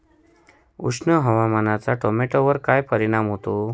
उष्ण हवामानाचा टोमॅटोवर काय परिणाम होतो?